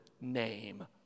name